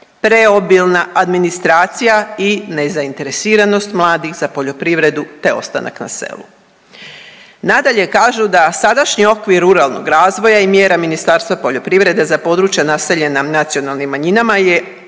preobilna administracija i nezainteresiranost mladih za poljoprivredu, te ostanak na selu. Nadalje kažu da sadašnji okvir ruralnog razvoja i mjera Ministarstva poljoprivrede za područja naseljena nacionalnim manjinama je